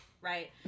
right